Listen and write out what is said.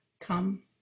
Come